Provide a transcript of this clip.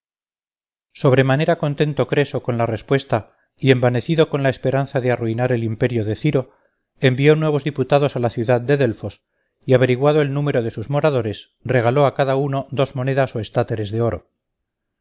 alianza sobremanera contento creso con la respuesta y envanecido con la esperanza de arruinar el imperio de ciro envió nuevos diputados a la ciudad de delfos y averiguado el número de sus moradores regaló a cada uno dos monedas o estateres de oro